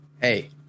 Hey